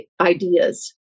ideas